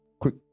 quick